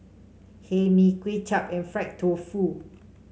Hae Mee Kuay Chap and Fried Tofu